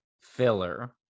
filler